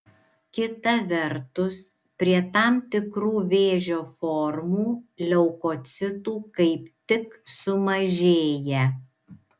kita vertus prie tam tikrų vėžio formų leukocitų kaip tik sumažėja